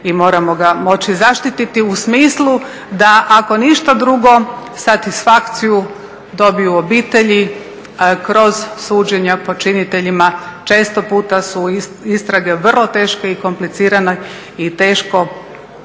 i moramo ga moći zaštititi. U smislu da ako ništa drugo satisfakciju dobiju obitelji kroz suđenja počiniteljima. Često puta su istrage vrlo teške i komplicirane i teško